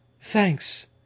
Thanks